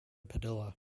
padilla